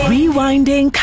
Rewinding